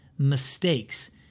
mistakes